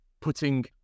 putting